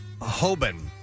Hoban